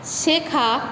শেখা